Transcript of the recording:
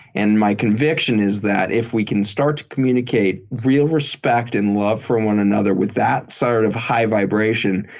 and my conviction is that if we can start to communicate real respect and love for one another with that sort of high vibration,